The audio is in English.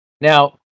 Now